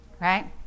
right